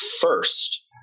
first